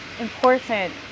important